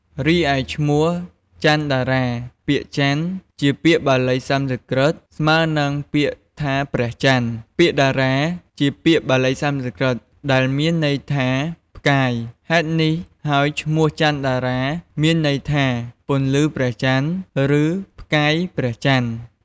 រីឯឈ្មោះ ច័ន្ទតារា ពាក្យច័ន្ទ ជាពាក្យបាលីសំស្ក្រឹតស្មើនឹងពាក្យថាព្រះចន្ទ ពាក្យតារា ជាពាក្យបាលីសំស្ក្រឹតដែលមានន័យថាផ្កាយ ហេតុនេះហើយឈ្មោះ ច័ន្ទតារា មានន័យថា ពន្លឺព្រះចន្ទ ឬ ផ្កាយព្រះចន្ទ។